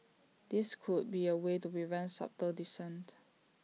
this could be A way to prevent subtle dissent